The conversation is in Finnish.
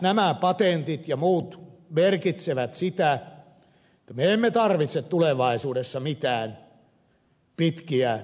nämä patentit ja muut merkitsevät sitä että me emme tarvitse tulevaisuudessa mitään pitkiä yhdysviemäreitä